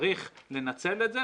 צריך לנצל את זה.